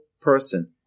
person